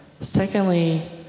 secondly